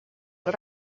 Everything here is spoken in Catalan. del